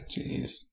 Jeez